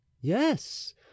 Yes